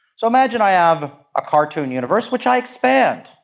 so imagine i have a cartoon universe which i expand.